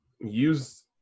use